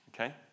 okay